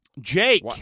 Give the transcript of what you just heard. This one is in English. jake